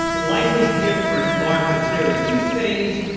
and likely different markers. there are acute phase,